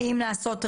אם לא צריך,